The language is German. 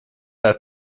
das